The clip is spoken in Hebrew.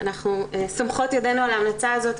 אנחנו סומכות ידינו על ההמלצה הזאת,